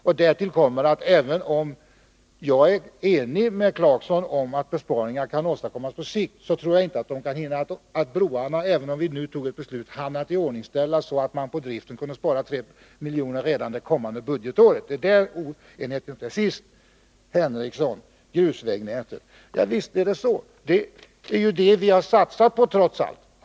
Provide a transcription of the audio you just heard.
Och även om jag är ense med Rolf Clarkson om att besparingar kan åstadkommas på sikt, tror jag inte att broarna — ens om vi fattade ett beslut nu — skulle hinna iordningställas så snabbt att man skulle kunna spara 3 milj.kr. på driften redan under kommande budgetår. Det är där oenigheten ligger. Till sist vill jag säga några ord till herr Henricsson beträffande grusvägnätet. Visst är det så som ni säger.